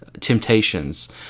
Temptations